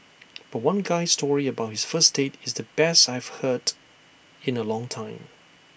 but one guy's story about his first date is the best I've heard in A long time